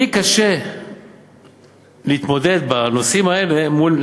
לי קשה להתמודד בנושאים האלה מול,